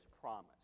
promise